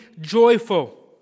joyful